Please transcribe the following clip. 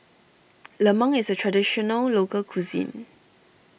Lemang is a Traditional Local Cuisine